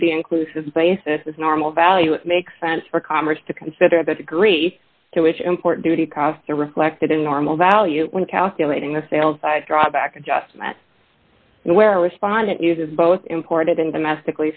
duty inclusive places as normal value it makes sense for congress to consider the degree to which import duty costs are reflected in normal value when calculating the sales side drawback adjustment where respondent uses both imported and domestic